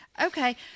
Okay